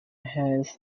has